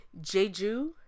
Jeju